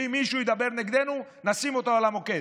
ואם מישהו ידבר נגדנו נשים אותו על המוקד,